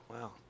wow